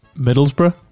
Middlesbrough